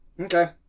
Okay